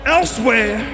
Elsewhere